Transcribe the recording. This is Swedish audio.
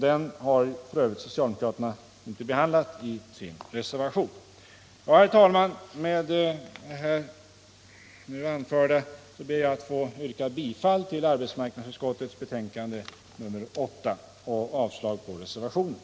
Denna lag har socialdemokraterna ej behandlat i sin reservation. Herr talman! Med det anförda yrkar jag bifall till arbetsmarknadsutskottets hemställan i betänkandet nr 8 och avslag på reservationerna.